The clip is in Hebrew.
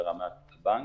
ברמת הבנק,